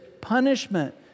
punishment